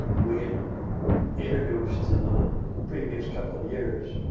we had introduced, in the previous couple of years,